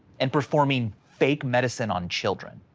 and performing fake medicine on children.